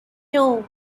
two